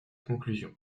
conclusion